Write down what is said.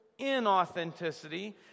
inauthenticity